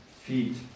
feet